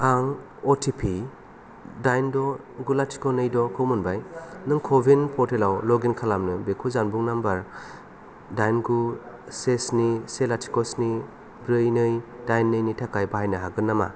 आं अटिपि दाइन द' गु लाथिख' नै द' खौ मोनबाय नों क' विन पर्टेलाव लग इन खालामनो बेखौ जानबुं नम्बर दाइन गु से स्नि से लाथिख' स्नि ब्रै नै दाइन नै नि थाखाय बाहायनो हागोन नामा